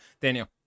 Daniel